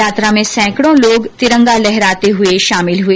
यात्रा में सैंकडो लोग तिरंगा लहराते हुए शामिल हुए